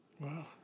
Wow